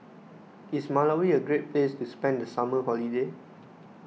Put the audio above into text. is Malawi a great place to spend the summer holiday